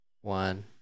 One